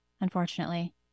unfortunately